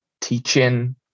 teaching